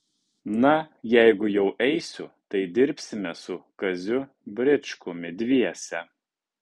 na jeigu jau eisiu tai dirbsime su kaziu bričkumi dviese